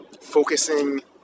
focusing